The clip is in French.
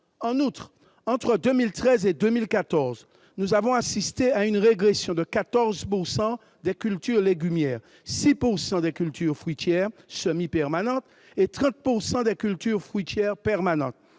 En outre, entre 2013 et 2014, nous avons assisté à une régression de 14 % des cultures légumières, de 6 % des cultures fruitières semi-permanentes et de 30 % des cultures fruitières permanentes